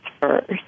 first